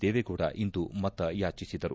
ದೇವೇಗೌಡ ಇಂದು ಮತಯಾಚಿಸಿದರು